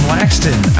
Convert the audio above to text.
Laxton